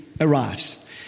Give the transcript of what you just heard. Arrives